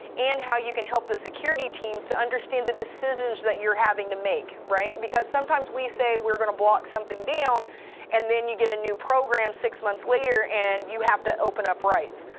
and how you can help the security teams understand the decisions that you're having to make, right? because sometimes we say we're going to block something down and then you get a new program six months later, and you have to open up rights.